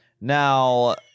Now